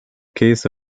case